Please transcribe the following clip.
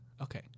Okay